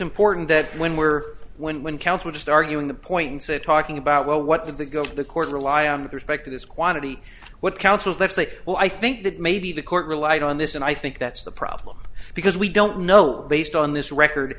important that when we're when when counsel just arguing the points that talking about well what they go to the court rely on with respect to this quantity what counts is that say well i think that maybe the court relied on this and i think that's the problem because we don't know based on this record